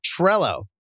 Trello